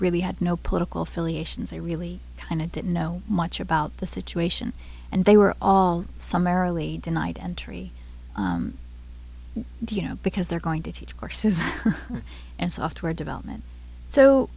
really had no political affiliations i really kind of didn't know much about the situation and they were all some merrily denied entry do you know because they're going to teach courses and software development so